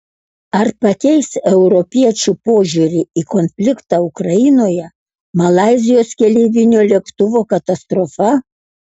ar pakeis europiečių požiūrį į konfliktą ukrainoje malaizijos keleivinio lėktuvo katastrofa